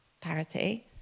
parity